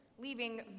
leaving